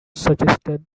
suggested